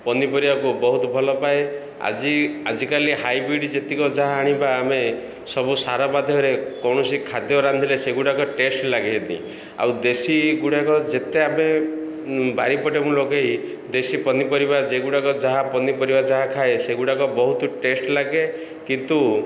ପନିପରିବାକୁ ବହୁତ ଭଲପାଏ ଆଜି ଆଜିକାଲି ହାଇବ୍ରିଡ଼ ଯେତିକ ଯାହା ଆଣିବା ଆମେ ସବୁ ସାର ମାଧ୍ୟମରେ କୌଣସି ଖାଦ୍ୟ ରାନ୍ଧିଲେ ସେଗୁଡ଼ାକ ଟେଷ୍ଟ ଲାଗେନି ଆଉ ଦେଶୀ ଗୁଡ଼ାକ ଯେତେ ଆମେ ବାରିପଟେ ମୁଁ ଲଗେଇ ଦେଶୀ ପନିପରିବା ଯେଗୁଡ଼ାକ ଯାହା ପନିପରିବା ଯାହା ଖାଏ ସେଗୁଡ଼ାକ ବହୁତ ଟେଷ୍ଟ ଲାଗେ କିନ୍ତୁ